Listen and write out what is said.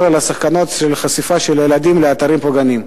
על הסכנות של החשיפה של הילדים לאתרים פוגעניים.